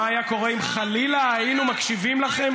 מה היה קורה אם חלילה היינו מקשיבים לכם,